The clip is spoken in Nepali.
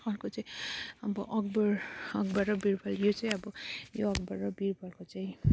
अर्को चाहिँ अब अकबर अकबर र वीरबल यो चाहिँ अब यो अकबर र वीरबलको चाहिँ